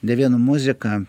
ne vien muzika